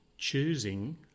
choosing